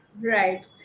Right